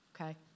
Okay